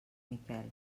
miquel